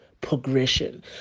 progression